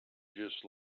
just